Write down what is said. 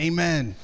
Amen